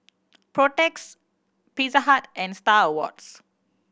Protex Pizza Hut and Star Awards